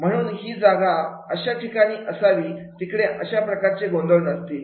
म्हणून ही जागा अशा ठिकाणी असावी तिकडे अशा प्रकारचे गोंधळ नसतील